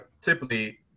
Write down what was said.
typically